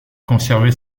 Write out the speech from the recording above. conservait